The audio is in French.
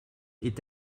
est